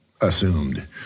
assumed